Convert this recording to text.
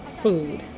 food